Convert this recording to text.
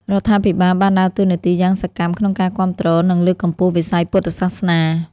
រដ្ឋាភិបាលបានដើរតួនាទីយ៉ាងសកម្មក្នុងការគាំទ្រ និងលើកកម្ពស់វិស័យពុទ្ធសាសនា។